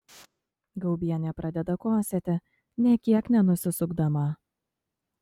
gaubienė pradeda kosėti nė kiek nenusisukdama